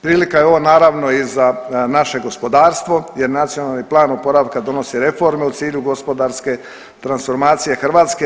Prilika je ovo, naravno i za naše gospodarstvo jer Nacionalni plan oporavka donosi reforme u cilju gospodarske transformacije Hrvatske.